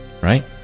right